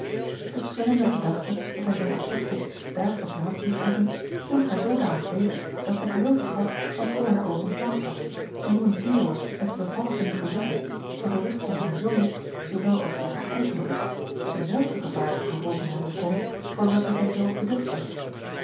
e kwellende gedachte dat hij zijn affecties daar geplaatst mocht hebben hield haar zoodanig bezig dat zij geheel vergat wat voor haar oogen plaats had en hoe een duo met de bevallige icolette voor de rust van haar zoon zoowel als voor haar eigen rust dezelfde gevaarlijke gevolgen hebben kon voor welke zij zoo beducht was